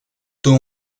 two